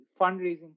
fundraising